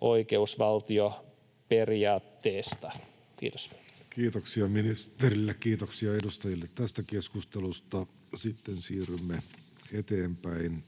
oikeusvaltioperiaatteesta. — Kiitos. Kiitoksia ministerille, kiitoksia edustajille tästä keskustelusta. — Sitten siirrymme eteenpäin.